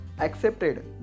accepted